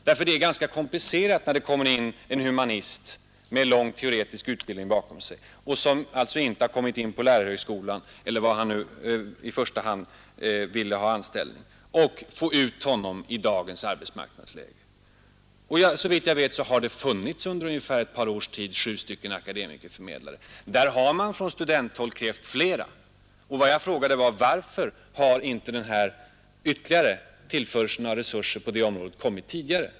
När det t.ex. gäller en humanist med lång teoretisk utbildning bakom sig, som inte har kommit in på lärarhögskolan — eller var han nu i första hand velat komma in — så är det ganska komplicerat att i dagens situation få ut honom på arbetsmarknaden. Såvitt jag vet har det under ett par års tid funnits sju akademikerförmedlare. Från studenthåll har man krävt flera. Vad jag frågade var: Varför har inte denna ytterligare förstärkning av resurserna på området gjorts tidigare?